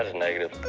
ah negative.